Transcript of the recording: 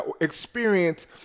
experience